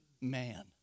man